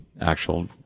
actual